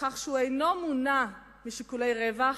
בכך שהוא אינו מונע משיקולי רווח,